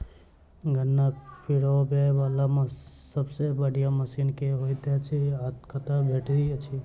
गन्ना पिरोबै वला सबसँ बढ़िया मशीन केँ होइत अछि आ कतह भेटति अछि?